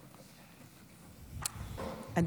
טוב שסיימת: ביחד ננצח.